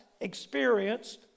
experienced